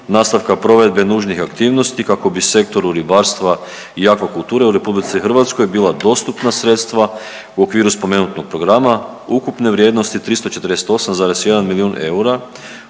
nastavka provedbe nužnih aktivnosti kako bi sektoru ribarstva i akvakulture u RH bila dostupna sredstva u okviru spomenutog programa ukupne vrijednosti 348,1 milijun eura